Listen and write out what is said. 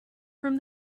from